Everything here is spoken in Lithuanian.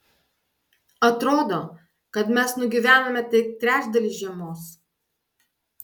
atrodo kad mes nugyvenome tik trečdalį žiemos